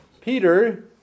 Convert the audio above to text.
Peter